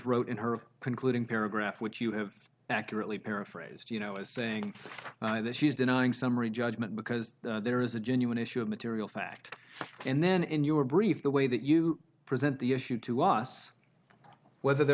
wrote in her concluding paragraph which you have accurately paraphrased you know as saying that she's denying summary judgment because there is a genuine issue of material fact and then in your brief the way that you present the issue to us whether there